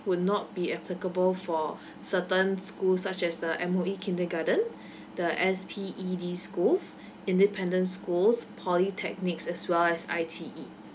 would not be applicable for certain schools such as the M_O_E kindergarten the S_P_E_D schools independent schools polytechnics as well as I_T_E